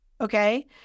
okay